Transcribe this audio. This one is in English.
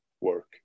work